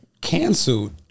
canceled